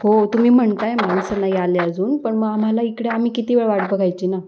हो तुम्ही म्हणत आहे माणसं नाही आले अजून पण मग आम्हाला इकडे आम्ही किती वेळ वाट बघायची ना